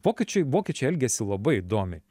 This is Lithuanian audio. vokiečiai vokiečiai elgėsi labai įdomiai